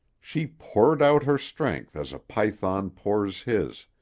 she poured out her strength as a python pours his,